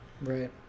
Right